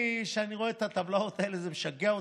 כשאני רואה את הטבלאות האלה זה משגע אותי.